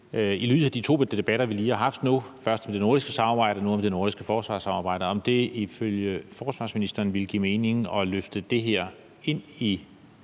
i lyset af de to debatter, vi lige har haft nu, først om det nordiske samarbejde og nu om det nordiske forsvarssamarbejde, ifølge forsvarsministeren ville give mening at løfte det her ind i